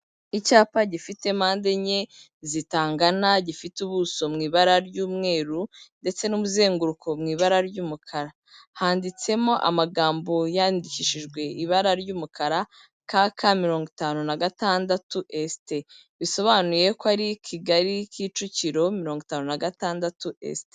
Icyapa gifite mpande enye zitangana, gifite ubuso mu ibara ry'umweru ndetse n'umuzenguruko mu ibara ry'umukara, handitsemo amagambo yandikishijwe ibara ry'umukara k,k mirongo itanu na gatandatu s, t bisobanuye ko ari Kigali, Kicukiro mirongo itanu na gatandatu s,t.